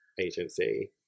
agency